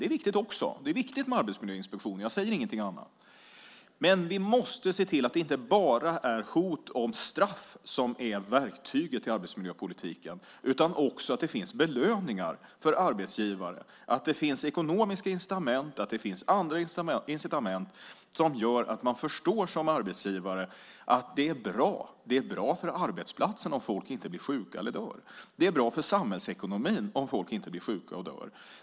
Det är också viktigt. Det är viktigt med arbetsmiljöinspektioner. Jag säger ingenting annat. Men vi måste se till att det inte bara är hot om straff som är verktyget i arbetsmiljöpolitiken utan att det också finns belöningar för arbetsgivare, att det finns ekonomiska incitament, att det finns andra incitament som gör att man som arbetsgivare förstår att det är bra för arbetsplatserna att folk inte blir sjuka och dör. Det är bra för samhällsekonomin om folk inte blir sjuka och dör.